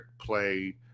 play